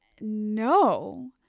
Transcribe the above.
no